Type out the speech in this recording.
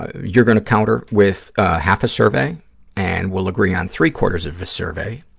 you're going to counter with half a survey and we'll agree on three-quarters of a survey.